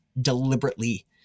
deliberately